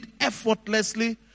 effortlessly